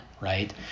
right